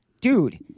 dude